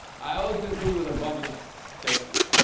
i always conclude with a bunch of statements.